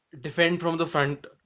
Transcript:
defend-from-the-front